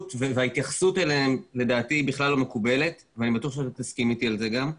וההתייחסות אליהם לדעתי היא לא מקובלת ואני בטוח שתסכים אתי על כך.